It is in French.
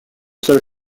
seul